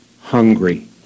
hungry